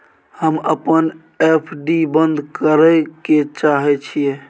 हम अपन एफ.डी बंद करय ले चाहय छियै